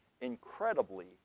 incredibly